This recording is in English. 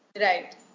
Right